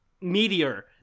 meteor